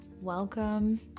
Welcome